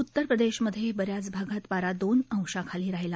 उत्तर प्रदेशातही ब याच भागात पारा दोन अंशाखाली राहिला